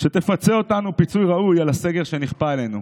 שתפצה אותנו פיצוי ראוי על הסגר שנכפה עלינו,